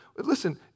Listen